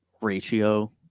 ratio